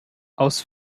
aus